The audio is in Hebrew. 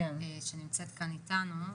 שנמצאת כאן איתנו,